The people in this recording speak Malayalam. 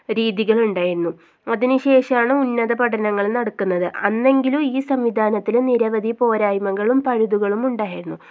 രീതികളുണ്ടായിരുന്നു അതിന് ശേഷമാണ് ഉന്നത പഠനങ്ങൾ നടക്കുന്നത് എന്നെങ്കിലും ഈ സംവിധാനത്തിൽ നിരവധി പോരായ്മകളും പഴുതുകളും ഉണ്ടായിരുന്നു